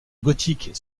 gothique